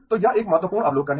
तो यह एक महत्वपूर्ण अवलोकन है